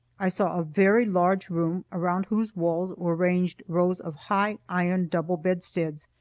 i saw a very large room, around whose walls were ranged rows of high iron double bedsteads,